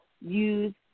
use